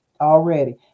Already